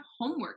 homework